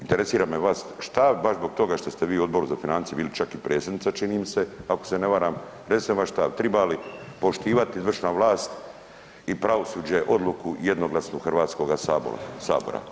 Interesira me vaš, šta, baš zbog toga što ste vi u Odboru za financije bili čak i predsjednica čini mi se, ako se ne varam, recite mi vaš stav triba li poštivat izvršna vlast i pravosuđe odluku jednoglasnu Hrvatskoga sabora.